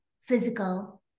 physical